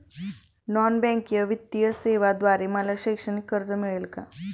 Non banking वित्तीय सेवेद्वारे मला शैक्षणिक कर्ज मिळेल का?